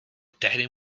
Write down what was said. tehdy